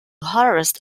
harvest